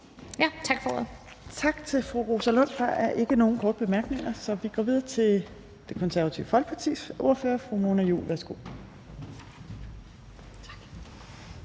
(Trine Torp): Tak til fru Rosa Lund. Der er ikke nogen korte bemærkninger, så vi går videre til Det Konservative Folkepartis ordfører. Fru Mona Juul, værsgo. Kl.